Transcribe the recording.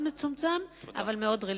מאוד מצומצם אבל מאוד רלוונטי.